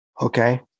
okay